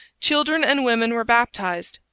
children and women were baptized.